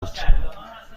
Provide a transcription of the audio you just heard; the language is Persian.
بود